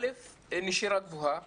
א', נשירה גבוהה,